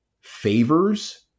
favors